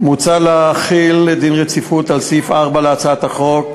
מוצע להחיל דין רציפות על סעיף 4 להצעת החוק.